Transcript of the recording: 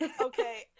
Okay